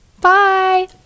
Bye